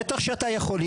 בטח שאתה יכול.